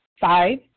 Five